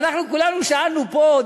ואנחנו כולנו שאלנו פה,